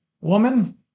woman